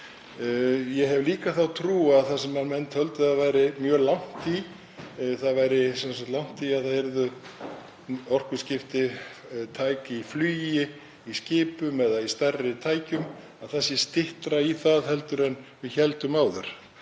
Ég hef líka þá trú að það sem menn töldu að væri mjög langt í, það væri sem sagt langt í að orkuskipti yrðu tæk í flugi, í skipum eða í stærri tækjum, að það sé styttra í það heldur en við héldum áður.